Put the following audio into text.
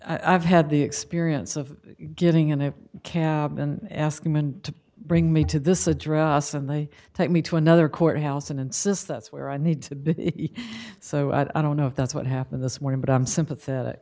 i've had the experience of getting in a cab and asking men to bring me to this address and they take me to another courthouse and says that's where i need to be so i don't know if that's what happened this morning but i'm sympathetic